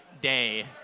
day